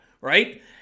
right